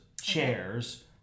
chairs